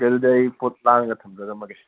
ꯑꯗꯨꯗꯤ ꯑꯩ ꯄꯣꯠ ꯂꯥꯡꯉꯒ ꯊꯝꯖꯔꯝꯃꯒꯦ